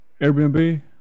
Airbnb